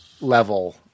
level